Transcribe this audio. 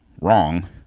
wrong